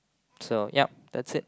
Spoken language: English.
so yup that's it